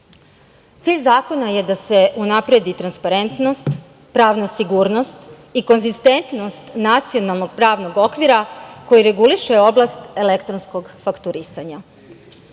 zakona je da se unapredi transparentnost, pravna sigurnost i konzistentnost nacionalnog pravnog okvira koji reguliše oblast elektronskog fakturisanja. Ovo